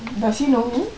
does he know me